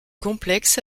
complexes